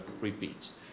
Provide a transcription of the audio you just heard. repeats